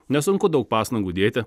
nesunku daug pastangų dėti